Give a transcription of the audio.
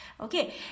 okay